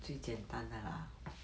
最简单的 lah